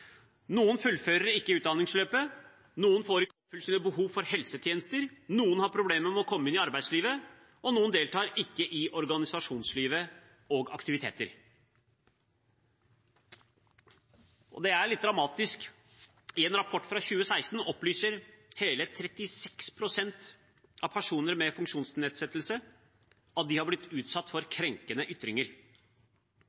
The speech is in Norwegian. Noen fullfører ikke utdanningsløpet, noen får ikke oppfylt sine behov for helsetjenester, noen har problemer med å komme inn i arbeidslivet, og noen deltar ikke i organisasjonslivet og aktiviteter. Det er litt dramatisk. I en rapport fra 2016 opplyser hele 36 pst. av personer med funksjonsnedsettelse at de har blitt utsatt for